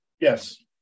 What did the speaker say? Yes